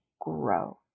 grow